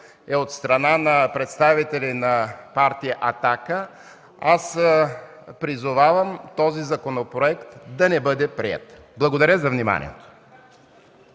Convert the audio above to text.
е от страна на представители на Партия „Атака”, аз призовавам този законопроект да не бъде приет. Благодаря за вниманието.